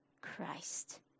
Christ